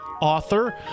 author